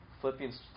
Philippians